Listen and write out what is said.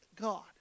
god